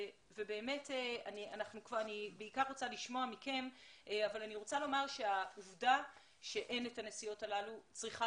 אני רוצה לומר שהעובדה שאין את הנסיעות הללו צריכה